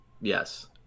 Yes